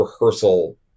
rehearsal